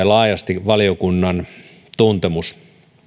laajasti valiokunnan tuntemus